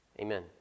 Amen